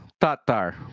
Tatar